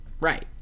right